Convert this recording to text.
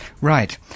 Right